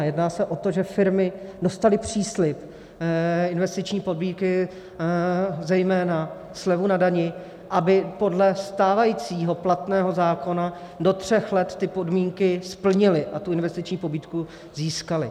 Jedná se o to, že firmy dostaly příslib investiční pobídky, zejména slevu na dani, aby podle stávajícího platného zákona do tří let ty podmínky splnily a tu investiční pobídku získaly.